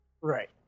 right